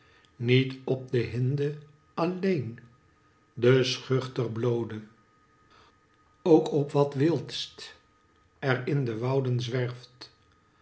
niet op de hinde alleen de schuchter bloode ook op wat wildst er in de wouden zwerft